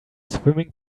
swimming